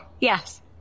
yes